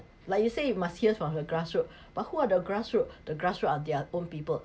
like you say you must hear from the grassroot but who are the grassroot the grassroot are their own people